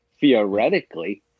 Theoretically